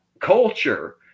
culture